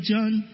John